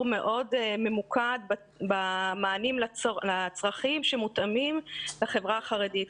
מאוד ממוקד במענים לצרכים שמותאמים לחברה החרדית.